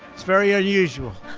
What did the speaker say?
it's very unusual